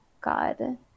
God